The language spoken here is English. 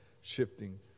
shifting